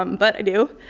um but i do.